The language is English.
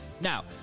Now